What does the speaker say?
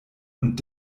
und